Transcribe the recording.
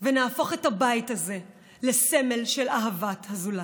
ונהפוך את הבית הזה לסמל של אהבת הזולת.